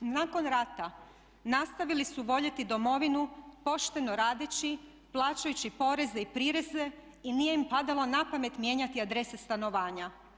Nakon rata nastavili su voljeti domovinu pošteno radeći, plaćajući poreze i prireze i nije im padalo na pamet mijenjati adrese stanovanja.